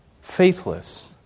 faithless